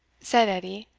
said edie,